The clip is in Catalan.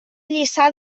lliçà